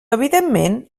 evidentment